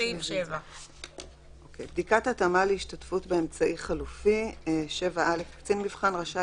סעיף 7. בדיקת התאמה להשתתפות באמצעי חלופי קצין מבחן רשאי